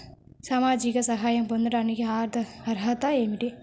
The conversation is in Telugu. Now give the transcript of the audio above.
సామాజిక సహాయం పొందటానికి అర్హత ఏమిటి?